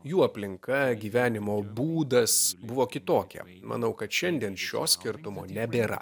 jų aplinka gyvenimo būdas buvo kitokia manau kad šiandien šio skirtumo nebėra